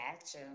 Gotcha